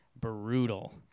Brutal